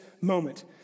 moment